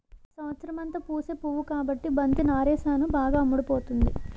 సంవత్సరమంతా పూసే పువ్వు కాబట్టి బంతి నారేసాను బాగా అమ్ముడుపోతుంది